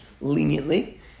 leniently